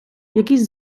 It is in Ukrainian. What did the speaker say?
якісь